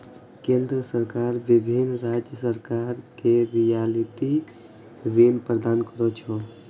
केंद्र सरकार विभिन्न राज्य सरकार कें रियायती ऋण प्रदान करै छै